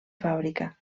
fàbrica